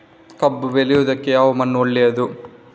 ಕಬ್ಬು ಬೆಳೆಯುವುದಕ್ಕೆ ಯಾವ ಮಣ್ಣು ಒಳ್ಳೆಯದು?